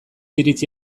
iritzi